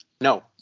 No